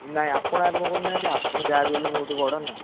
ନାଇ ଆପଣ ଆରମ୍ଭ କରୁନାହାନ୍ତି ଆପଣ ଯାହା ହେଲେ ମୋଠୁ ବଡ଼ ନା